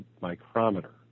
micrometer